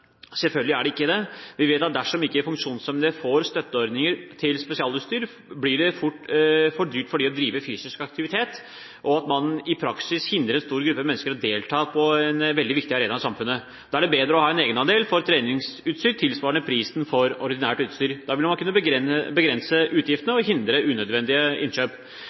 Selvfølgelig er det ikke det. Vi vet at dersom ikke funksjonshemmede får støtteordninger til spesialutstyr, blir det fort for dyrt for dem å drive fysisk aktivitet, og at man i praksis hindrer en stor gruppe mennesker å delta på en veldig viktig arena i samfunnet. Da er det bedre å ha en egenandel for treningsutstyr tilsvarende prisen for ordinært utstyr. Da vil man kunne begrense utgiftene og hindre unødvendige innkjøp.